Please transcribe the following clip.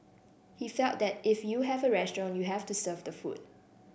he felt that if you have a restaurant you have to serve the food